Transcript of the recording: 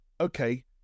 okay